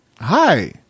hi